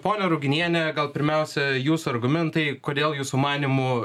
ponia ruginiene gal pirmiausia jūsų argumentai kodėl jūsų manymu